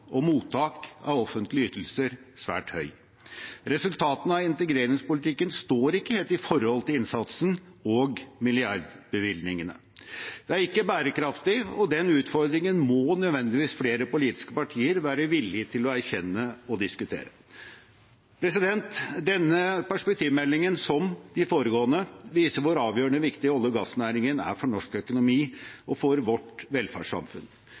og mottak av offentlige ytelser svært høy. Resultatene av integreringspolitikken står ikke helt i forhold til innsatsen og milliardbevilgningene. Det er ikke bærekraftig, og den utfordringen må nødvendigvis flere politiske partier være villige til å erkjenne og diskutere. Denne perspektivmeldingen, som de foregående, viser hvor avgjørende viktig olje- og gassnæringen er for norsk økonomi og for vårt velferdssamfunn.